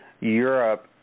Europe